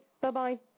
Bye-bye